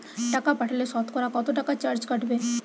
টাকা পাঠালে সতকরা কত টাকা চার্জ কাটবে?